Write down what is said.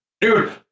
Dude